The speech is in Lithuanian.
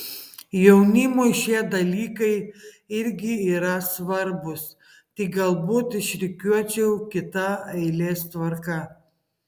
jaunimui šie dalykai irgi yra svarbūs tik galbūt išrikiuočiau kita eilės tvarka